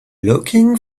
looking